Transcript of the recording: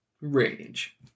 Range